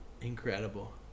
Incredible